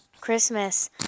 Christmas